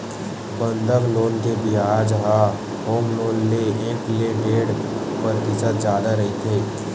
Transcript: बंधक लोन के बियाज ह होम लोन ले एक ले डेढ़ परतिसत जादा रहिथे